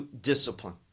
discipline